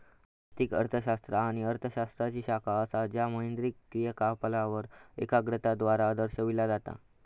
आर्थिक अर्थशास्त्र ह्या अर्थ शास्त्राची शाखा असा ज्या मौद्रिक क्रियाकलापांवर एकाग्रता द्वारा दर्शविला जाता